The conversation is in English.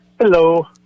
Hello